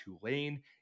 Tulane